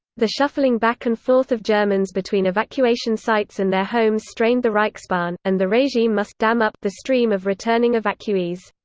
the shuffling back and forth of germans between evacuation sites and their homes strained the reichsbahn, and the regime must dam up the stream of returning evacuees.